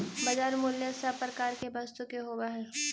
बाजार मूल्य सब प्रकार के वस्तु के होवऽ हइ